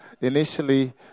initially